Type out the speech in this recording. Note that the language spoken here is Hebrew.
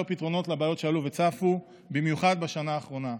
פתרונות לבעיות שעלו וצפו במיוחד בשנה האחרונה.